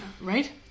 right